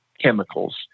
chemicals